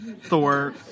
Thor